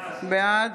בעד